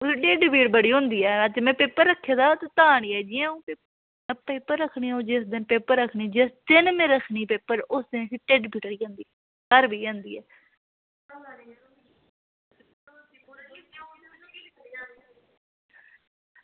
ओह्दे टिढ्ड पीड़ बड़ी होंदी ऐ अज्ज में पेपर रक्खे दा ते तां निं आई जिस दिन अंऊ पेपर रक्खनी जिस दिन पेपर होऐ उसी टिड्ढ पीड़ होई जंदी घर बेही जंदी ऐ